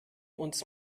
uns